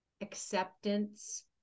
acceptance